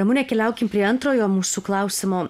ramune keliaukim prie antrojo mūsų klausimo